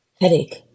headache